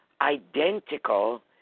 identical